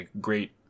great